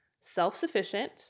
self-sufficient